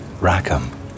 Rackham